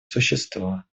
существа